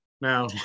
now